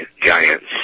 giants